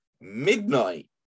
midnight